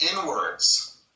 inwards